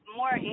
more